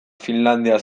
finlandia